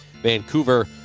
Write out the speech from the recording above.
Vancouver